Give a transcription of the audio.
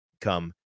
come